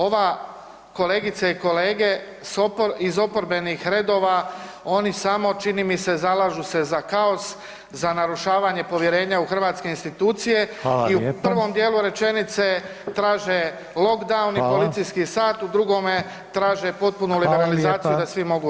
Ova kolegice i kolege, iz oporbenih redova oni samo čini mi se zalažu se za kaos za narušavanje povjerenja u hrvatske institucije i u prvom [[Upadica: Hvala lijepa.]] dijelu rečenice traže lockdown i policiji sat [[Upadica: Hvala.]] u drugome traže potpunu legalizaciju da svi mogu raditi.